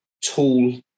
tool